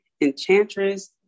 enchantress